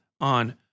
on